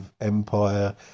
empire